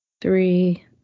Three